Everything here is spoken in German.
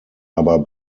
aber